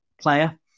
player